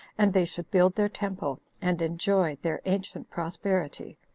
and they should build their temple, and enjoy their ancient prosperity.